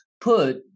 put